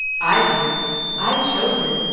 i do i chose it,